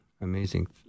Amazing